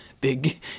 big